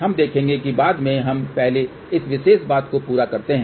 हम देखेंगे कि बाद में हम पहले इस विशेष बात को पूरा करते हैं